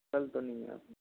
कल तो नहीं है यहाँ पे